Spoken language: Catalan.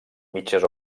mitges